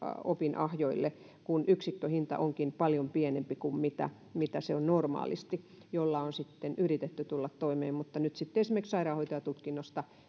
opinahjoille kun se yksikköhinta onkin paljon pienempi kuin mitä mitä se on normaalisti jolla on sitten yritetty tulla toimeen nyt esimerkiksi sairaanhoitajatutkinnosta